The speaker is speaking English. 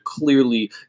clearly